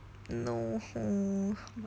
no